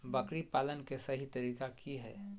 बकरी पालन के सही तरीका की हय?